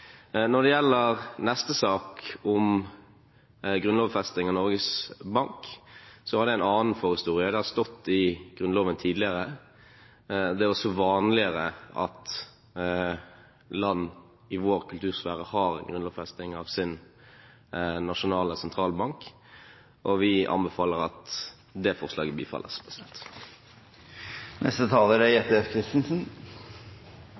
Når det gjelder neste sak, om grunnlovfesting av Norges Bank, har det en annen forhistorie. Det har stått i Grunnloven tidligere. Det er også vanligere at land i vår kultursfære har en grunnlovfesting av sin nasjonale sentralbank, og vi anbefaler at det forslaget bifalles. Jeg tar ordet, nærmest for protokollens skyld, for å si at det er